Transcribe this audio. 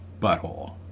butthole